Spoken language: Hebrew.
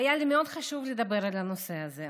היה לי מאוד חשוב לדבר על הנושא הזה,